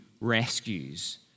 rescues